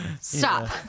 Stop